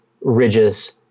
ridges